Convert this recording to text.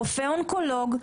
רופא אונקולוג,